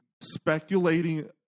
speculating